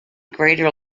greater